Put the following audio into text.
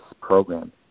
program